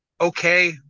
okay